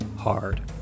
hard